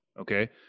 okay